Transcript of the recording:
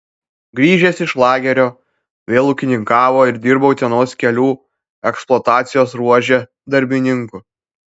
grįžęs iš lagerio vėl ūkininkavo ir dirbo utenos kelių eksploatacijos ruože darbininku